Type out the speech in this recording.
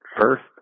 first